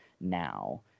now